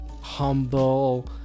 humble